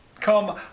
come